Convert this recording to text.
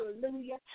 hallelujah